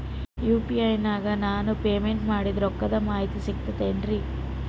UPI ನಾಗ ನಾನು payment ಮಾಡಿದ ರೊಕ್ಕದ ಮಾಹಿತಿ ಸಿಕ್ತಾತೇನ್ರೀ?